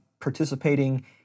participating